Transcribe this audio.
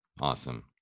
Awesome